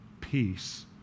peace